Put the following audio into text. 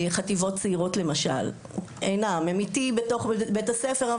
חטיבות צעירות הן איתי בתוך בית הספר,